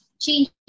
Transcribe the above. change